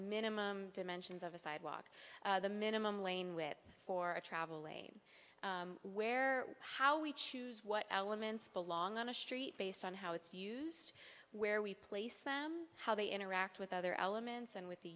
minimum dimensions of a sidewalk the minimum lane with for a travel lane where how we choose what elements belong on a street based on how it's used where we place them how they interact with other elements and with